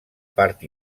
part